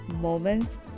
moments